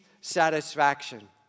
satisfaction